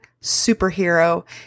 superhero